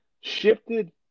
shifted